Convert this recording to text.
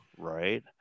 Right